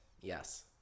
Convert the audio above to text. Yes